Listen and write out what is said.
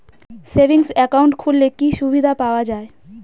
Savings account খুললে কি সুবিধা পাওয়া যায়?